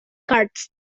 cards